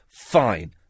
fine